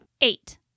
Eight